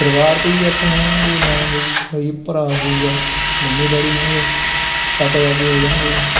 ਪਰਿਵਾਰ 'ਚ ਜੀ ਆਪਾਂ ਹੋਵਾਂਗੇ ਮੈਂ ਹੋਊਗਾ ਜੀ ਭਰਾ ਹੋਊਗਾ ਮੰਮੀ ਡੈਡੀ ਹੋਣਗੇ ਚਾਚਾ ਚਾਚੀ ਹੋ ਜਾਣਗੇ